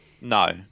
no